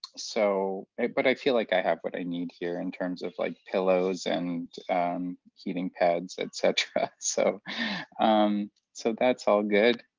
so but i feel like i have what i need here, in terms of like pillows and heating pads, et cetera. so um so that's all good.